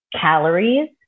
calories